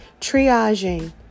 triaging